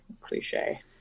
cliche